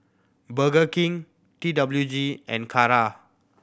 Burger King T W G and Kara